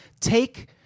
Take